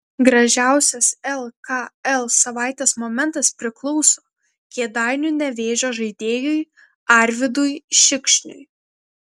gražiausias lkl savaitės momentas priklauso kėdainių nevėžio žaidėjui arvydui šikšniui